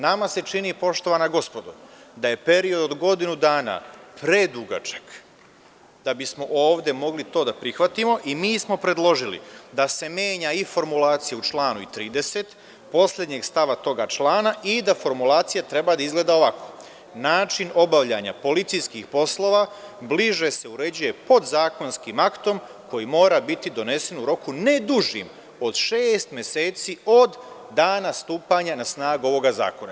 Nama se čini poštovana gospodo, da je period od godinu dana predugačak da bismo ovde mogli to da prihvatimo i mi smo predložili da se menja i formulacija u članu 30, poslednjeg stava toga člana i da formulacija treba da izgleda ovako – način obavljanja policijskih poslova bliže se uređuje podzakonskim aktom koji mora biti donesen u roku ne dužem od šest meseci od dana stupanja na snagu ovog zakona.